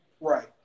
Right